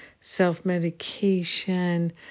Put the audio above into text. self-medication